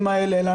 תודה.